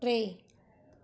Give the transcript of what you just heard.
टे